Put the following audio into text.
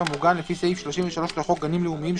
מוגן לפי סעיף 33 לחוק גנים לאומיים,